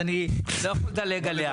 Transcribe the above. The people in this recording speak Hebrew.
אז אני לא יכול לדלג עליה.